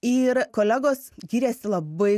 ir kolegos gyrėsi labai